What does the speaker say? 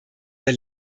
der